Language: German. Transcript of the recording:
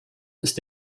ist